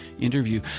interview